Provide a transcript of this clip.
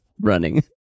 running